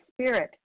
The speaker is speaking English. Spirit